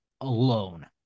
alone